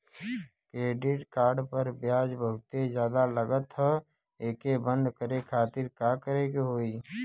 Credit card पर ब्याज बहुते ज्यादा लगत ह एके बंद करे खातिर का करे के होई?